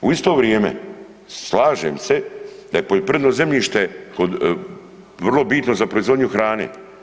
U isto vrijeme, slažem se da je poljoprivredno zemljište vrlo bitno za proizvodnju hrane.